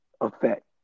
effect